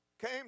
came